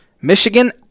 Michigan